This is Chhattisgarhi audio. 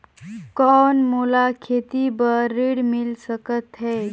कौन मोला खेती बर ऋण मिल सकत है?